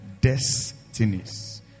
destinies